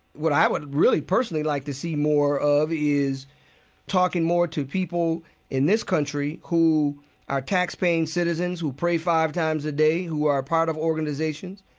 what i would really personally like to see more of is talking more to people in this country who are tax-paying citizens who pray five times a day who are part of organizations,